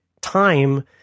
time